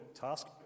task